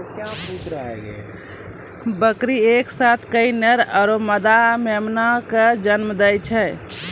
बकरी एक साथ कई नर आरो मादा मेमना कॅ जन्म दै छै